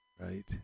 Right